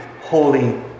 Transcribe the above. holy